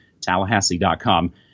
tallahassee.com